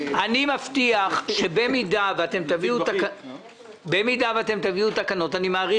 מבטיח שבמידה ותביאו תקנות - אני מעריך